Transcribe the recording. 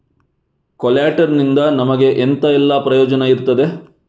ಕೊಲ್ಯಟರ್ ನಿಂದ ನಮಗೆ ಎಂತ ಎಲ್ಲಾ ಪ್ರಯೋಜನ ಇರ್ತದೆ?